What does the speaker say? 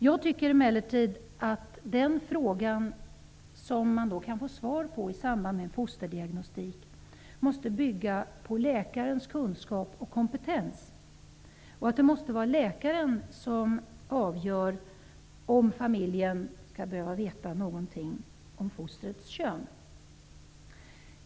Jag tycker emellertid att det som man kan få svar på i samband med fosterdiagnostik måste bygga på läkarens kunskap och kompetens. Det måste vara läkaren som avgör om familjen skall behöva veta någonting om fostrets kön.